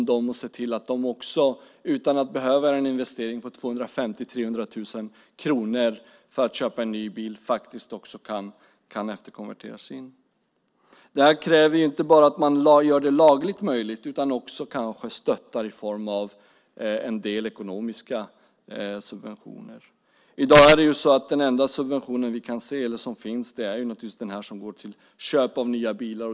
Vi måste se till att de utan att behöva göra en investering på 250 000-300 000 kronor för att köpa en ny bil faktiskt också kan efterkonvertera sin. Det här kräver inte bara att man gör det lagligt möjligt utan också kanske stöttar i form av en del ekonomiska subventioner. I dag är den enda subvention som finns den som går till köp av nya bilar.